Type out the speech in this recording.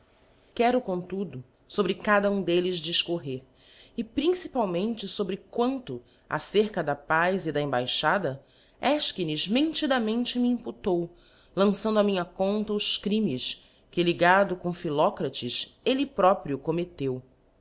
quero comtudo fobre cada um d'clles difcorrer e principalmente fobre quanto acerca da paz e da embaixada efchines mentidamente me imputou lançando á minha conta os crimes que ligado com philocrates elle próprio commetteu